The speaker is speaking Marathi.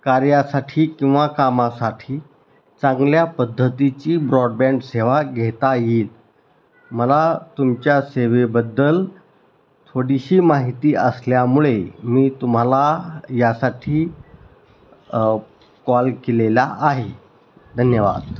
कार्यासाठी किंवा कामासाठी चांगल्या पद्धतीची ब्रॉडबँड सेवा घेता येईल मला तुमच्या सेवेबद्दल थोडीशी माहिती असल्यामुळे मी तुम्हाला यासाठी कॉल केलेला आहे धन्यवाद